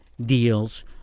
deals